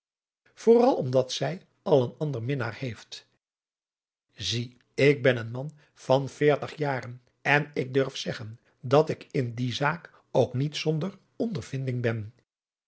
vooral omdat zij al een ander minnaar heeft zie ik ben een man van veertig jaren en ik durf zeggen dat ik in die zaak ook niet zonder ondervinding ben